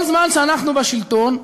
כל זמן שאנחנו בשלטון,